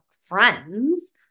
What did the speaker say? friends